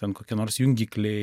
ten kokie nors jungikliai